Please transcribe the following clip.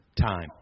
time